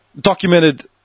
documented